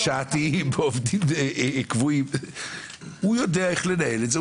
ועובדים שעתיים, הוא יודע איך לנהל את זה.